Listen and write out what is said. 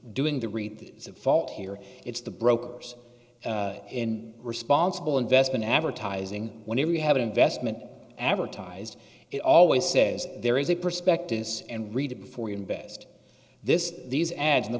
doing the read the fault here it's the brokers in responsible investment advertising whenever you have an investment advertised it always says there is a prospectus and read it before you invest this these ads in the